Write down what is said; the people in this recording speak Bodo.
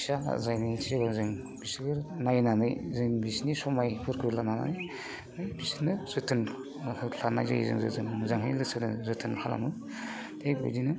फिसा आजायनायनि सिगांआव जों बिसोरखौ जों नायनानै जों बिसोरनि समायफोरखौ लानानै फिसोरनो जोथोन लानाय जायो जों मोजाङै जोथोन जोथोन खालामो बिदिनो